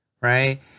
right